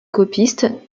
copistes